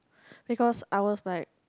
because I was like